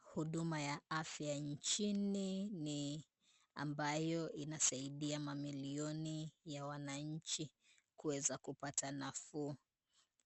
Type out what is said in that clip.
Huduma ya afya nchini ni ambayo inasaidia mamilioni ya wananchi kuweza kupata nafuu.